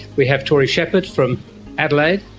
we have tory shepherd from adelaide,